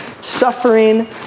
suffering